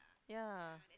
ya